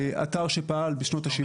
אתר שפעל בשנות ה-70.